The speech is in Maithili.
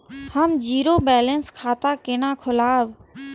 हम जीरो बैलेंस खाता केना खोलाब?